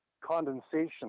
condensation